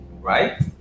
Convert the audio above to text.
right